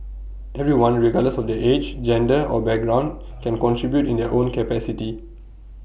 everyone regardless of their age gender or background can contribute in their own capacity